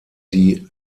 die